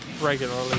regularly